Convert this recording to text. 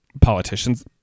politicians